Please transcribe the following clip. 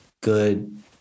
good